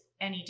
NED